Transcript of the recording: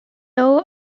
law